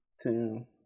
two